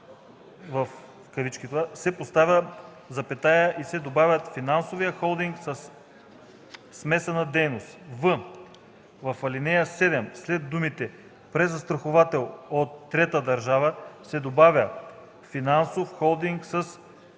холдинг” се поставя запетая и се добавя „финансовия холдинг със смесена дейност”; в) в ал. 7 след думите „презастраховател от трета държава” се добавя „финансов холдинг със смесена дейност”